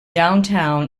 downtown